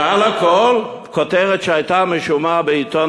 ועל הכול כותרת שהייתה משום מה בעיתון